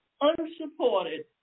unsupported